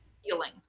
healing